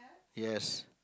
yes